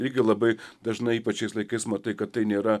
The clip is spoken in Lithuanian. irgi labai dažnai ypač šiais laikais matai kad tai nėra